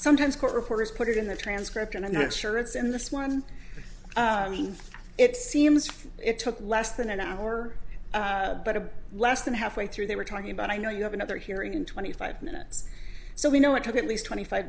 sometimes court reporters put it in the transcript and i'm not sure it's in this one it seems it took less than an hour but a less than halfway through they were talking about i know you have another hearing in twenty five minutes so we know it took at least twenty five